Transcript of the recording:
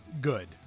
good